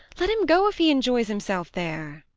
let him go if he enjoys himself there.